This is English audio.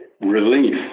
relief